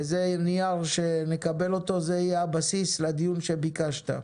וזה נייר שנקבל אותו, זה יהיה הבסיס לדיון שביקשת.